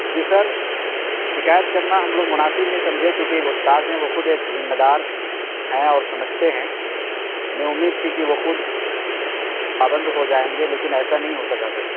جی sir شکایت کرنا ہم لوگ مناسب نہیں سمجھے چوںکہ وہ استاد ہیں وہ خود ایک ذمےدار ہیں اور سمجھتے ہیں ہمیں امید تھی کہ وہ خود پابند ہو جائیں گے لیکن ایسا نہیں ہو سکا سر